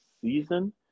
season